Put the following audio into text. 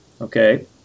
okay